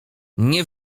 nie